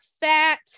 fat